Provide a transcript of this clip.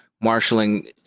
marshaling